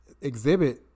exhibit